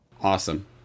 Awesome